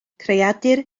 creadur